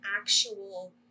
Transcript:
actual